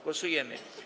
Głosujemy.